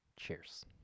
cheers